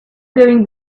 going